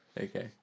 Okay